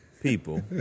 people